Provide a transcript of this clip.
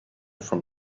from